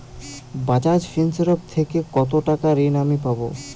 Bajaj Finserv থেকে কতো টাকা ঋণ আমি পাবো?